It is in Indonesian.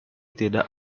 tidak